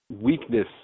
weakness